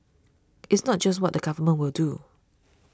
it's not just what the government will do